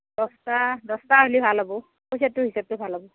দহটা দহটা হ'লে ভাল হ'ব পইচাটো হিচাপটো ভাল হ'ব